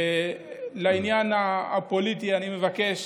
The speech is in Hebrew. לעניין הפוליטי, אני מבקש